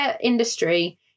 industry